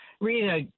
Rita